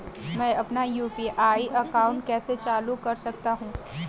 मैं अपना UPI account कैसे चालू कर सकता हूँ?